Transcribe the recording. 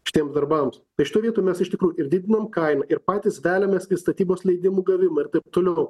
šiems darbams tai šitoj vietoj mes iš tikrųjų ir didiname kainą ir patys veliamės į statybos leidimų gavimą ir taip toliau